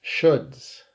shoulds